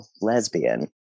lesbian